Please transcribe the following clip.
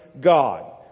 God